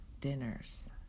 dinners